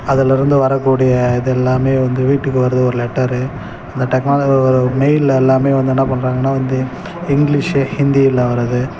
அதுலேருந்து வரக்கூடிய இது எல்லாம் வந்து வீட்டுக்கு வருது ஒரு லெட்டரு இந்த டெக் ஒரு மெயிலில் எல்லாம் வந்து என்னா பண்ணுறாங்கனா வந்து இங்கிலீஷு ஹிந்தியில் வர்றது